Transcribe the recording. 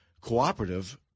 cooperative